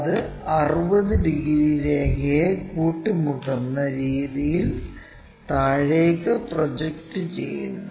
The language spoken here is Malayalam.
അത് 60 ഡിഗ്രി രേഖയെ കൂട്ടിമുട്ടുന്ന രീതിയിൽ താഴേക്ക് പ്രോജക്ട് ചെയ്യുന്നു